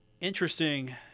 interesting